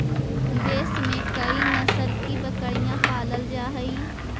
देश में कई नस्ल की बकरियाँ पालल जा हई